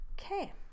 okay